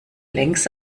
längs